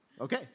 Okay